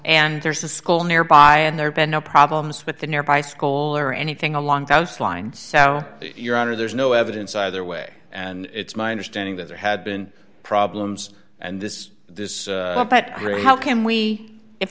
and there's a school nearby and there's been no problems with the nearby school or anything along those lines so your honor there's no evidence either way and it's my understanding that there had been problems and this this but really how can we if